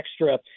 extra